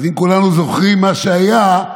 אז אם כולנו זוכרים מה שהיה,